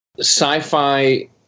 Sci-fi